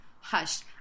Hush